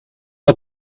het